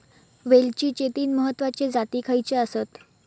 वेलचीचे तीन महत्वाचे जाती खयचे आसत?